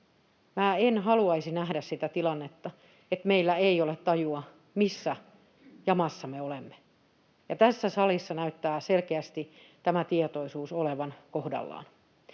en haluaisi nähdä sitä tilannetta, että meillä ei ole tajua, missä jamassa me olemme, ja tässä salissa näyttää selkeästi tämä tietoisuus olevan kohdallaan.